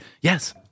Yes